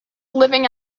living